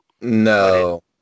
No